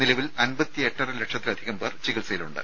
നിലവിൽ അമ്പത്തി എട്ടര ലക്ഷത്തിലധികം പേർ ചികിത്സയിലുണ്ട്